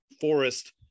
forest